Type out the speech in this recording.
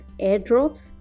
airdrops